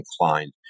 inclined